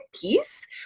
piece